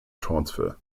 transfer